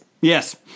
Yes